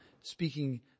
speaking